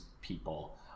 people